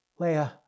Leia